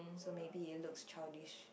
so maybe it looks childish